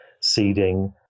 seeding